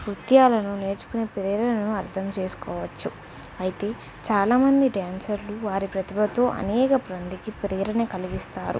నృత్యాలను నేర్చుకునే ప్రేరణను అర్థం చేసుకోవచ్చు అయితే చాలామంది డ్యాన్సర్లు వారి ప్రతిభతో అనేక మందికి ప్రేరణ కలిగిస్తారు